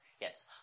Yes